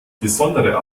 besondere